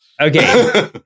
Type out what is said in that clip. Okay